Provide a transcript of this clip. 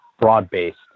broad-based